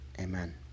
Amen